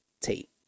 tape